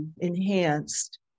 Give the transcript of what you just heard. enhanced